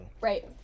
right